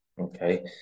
Okay